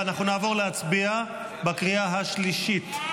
ונעבור להצביע בקריאה השלישית.